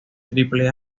triple